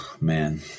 Man